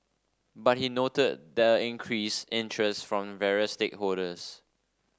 but he noted the increased interest from various stakeholders